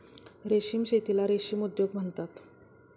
रेशीम शेतीला रेशीम उद्योग म्हणतात